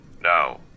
Now